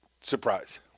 surprise